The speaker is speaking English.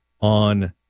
on